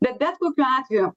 bet bet kokiu atveju